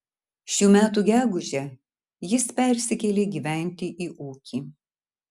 šių metų gegužę jis persikėlė gyventi į ūkį